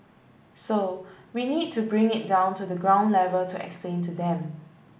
so we need to bring it down to the ground level to explain to them